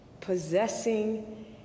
possessing